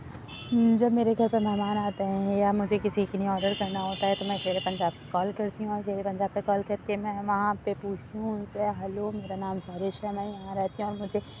جب میرے گھر پہ مہمان آتے ہیں یا مجھے کسی کے لیے آڈر کرنا ہوتا ہے تو میں شیرِ پنجاب کو کال کرتی ہوں اور شیرِ پنجاب پہ کال کر کے میں وہاں پہ پوچھتی ہوں ان سے ہیلو میرا نام سارش ہے میں یہاں رہتی ہوں اور مجھے